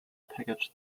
package